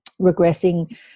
regressing